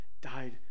died